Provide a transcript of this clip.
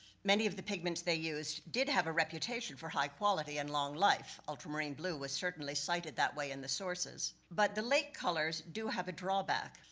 many of the pigments they used did have a reputation for high quality and long life. ultramarine blue was certainly cited that way in the sources. but the lake colors do have a drawback.